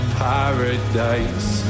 paradise